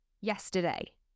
yesterday